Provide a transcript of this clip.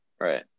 right